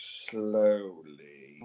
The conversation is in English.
slowly